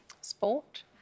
Sport